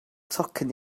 tocyn